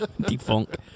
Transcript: Defunct